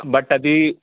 but అది